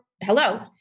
hello